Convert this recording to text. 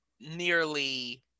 nearly